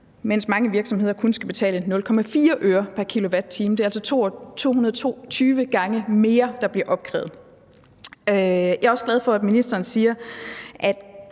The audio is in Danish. mens mange virksomheder kun skal betale 0,4 øre pr. kilowatt-time. Det er altså 220 gange mere, der bliver opkrævet. Jeg er også glad for, at ministeren siger, at